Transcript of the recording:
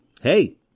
Hey